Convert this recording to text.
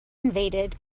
invaded